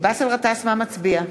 אינו נוכח נפתלי בנט,